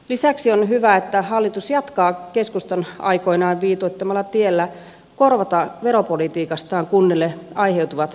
lisäksi on hyvä että hallitus jatkaa keskustan aikoinaan viitoittamalla tiellä korvata veropolitiikastaan kunnille aiheutuvat menetykset